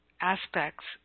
aspects